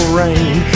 rain